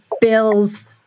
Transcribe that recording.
Bill's